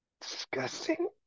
disgusting